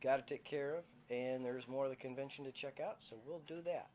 got to take care of and there's more of the convention to check out so we'll do that